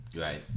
Right